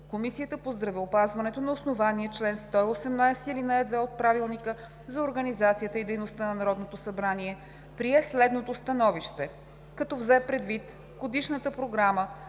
Комисията по здравеопазването на основание чл. 118, ал. 2 от Правилника за организацията и дейността на Народното събрание прие следното становище: Като взе предвид Годишната програма